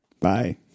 bye